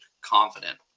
confident